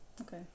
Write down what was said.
okay